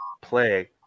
play